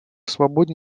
свободе